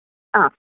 ആ